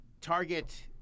target